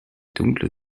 dunkle